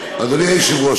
אדוני היושב-ראש,